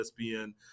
ESPN